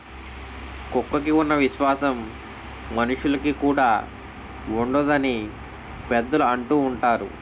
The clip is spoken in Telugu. కుక్కకి ఉన్న విశ్వాసం మనుషులుకి కూడా ఉండదు అని పెద్దలు అంటూవుంటారు